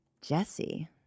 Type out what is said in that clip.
Jesse